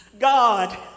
God